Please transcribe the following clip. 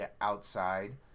outside